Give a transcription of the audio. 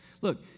Look